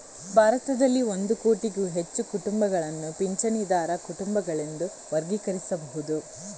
ಭಾರತದಲ್ಲಿ ಒಂದು ಕೋಟಿಗೂ ಹೆಚ್ಚು ಕುಟುಂಬಗಳನ್ನು ಪಿಂಚಣಿದಾರ ಕುಟುಂಬಗಳೆಂದು ವರ್ಗೀಕರಿಸಬಹುದು